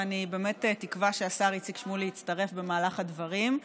ואני באמת תקווה שהשר איציק שמולי יצטרף במהלך הדברים.